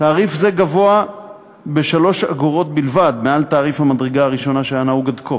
תעריף זה גבוה ב-3 אגורות בלבד מתעריף המדרגה הראשונה שהיה נהוג עד כה.